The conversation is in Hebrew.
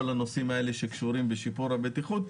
כל הנושאים האלה שקשורים בשיפור הבטיחות,